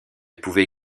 pouvait